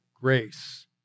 grace